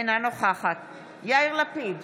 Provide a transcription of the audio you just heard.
אינה נוכחת יאיר לפיד,